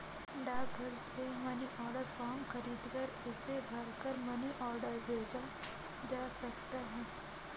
डाकघर से money order form खरीदकर उसे भरकर मनी ऑर्डर भेजा जा सकता है